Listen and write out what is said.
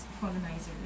colonizers